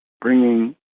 bringing